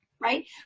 Right